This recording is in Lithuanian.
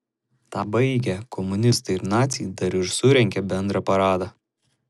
tą baigę komunistai ir naciai dar ir surengė bendrą paradą